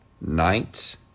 night